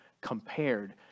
compared